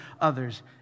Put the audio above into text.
others